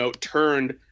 turned